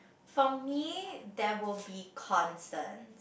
for me there will be concerns